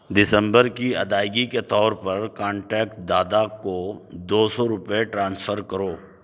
دسمبر کی ادائیگی کے طور پر کانٹیکٹ دادا کو دو سو روپئے ٹرانسفر کرو